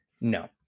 no